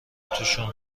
توشون